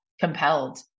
compelled